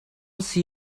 see